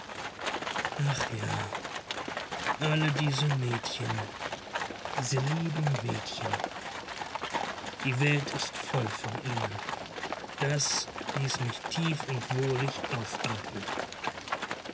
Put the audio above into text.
ach ja alle diese mädchen diese lieben mädchen die welt ist voll von ihnen das ließ mich tief und wohlig aufatmen